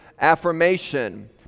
affirmation